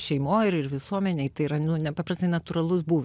šeimoj ir visuomenei tai yra nepaprastai natūralus būvis